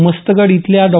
मस्तगड इथल्या डॉ